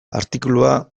artikulua